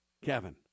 Kevin